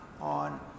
on